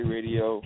Radio